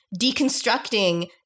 deconstructing